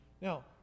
Now